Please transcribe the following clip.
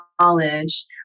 knowledge